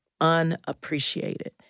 unappreciated